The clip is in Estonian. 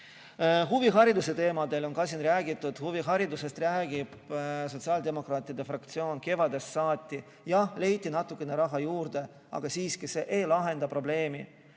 Huvihariduse teemadel on ka siin räägitud. Huviharidusest räägib sotsiaaldemokraatide fraktsioon kevadest saati. Jah, leiti natukene raha juurde, aga see siiski ei lahenda probleemi.